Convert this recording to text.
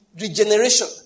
regeneration